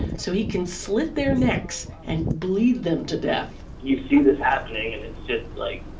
so, he can slit their necks and bleed them to death you see this happening, and it's just like,